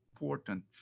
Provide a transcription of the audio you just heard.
important